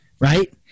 right